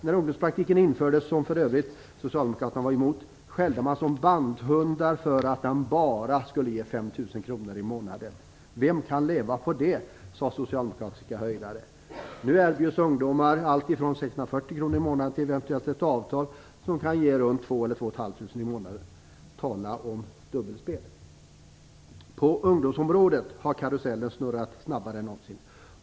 När ungdomspraktiken, som för övrigt Socialdemokraterna var emot, infördes skällde man som bandhundar därför att den "bara" skulle ge 5000 kr i månaden. Vem kan leva på det? frågade socialdemokratiska höjdare. Nu erbjuds ungdomar allt ifrån 640 kr i månaden till ett eventuellt avtal, som kan ge runt 2000 eller 2500 kr i månaden. Tala om dubbelspel! På ungdomsområdet har karusellen snurrat snabbare än någonsin.